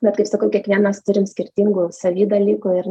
bet kaip sakau kiekvienas turim skirtingų savy dalykų ir